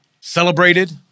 celebrated